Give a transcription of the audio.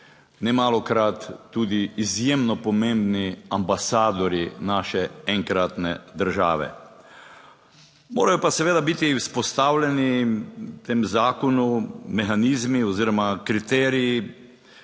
nemalokrat tudi izjemno pomembni ambasadorji naše enkratne države. Morajo pa seveda biti vzpostavljeni v tem zakonu mehanizmi oziroma kriteriji,